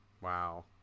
Wow